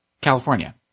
California